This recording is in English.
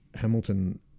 Hamilton